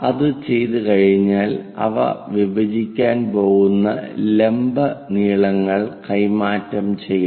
അത് ചെയ്തുകഴിഞ്ഞാൽ അവ വിഭജിക്കാൻ പോകുന്ന ലംബ നീളങ്ങൾ കൈമാറ്റം ചെയ്യണം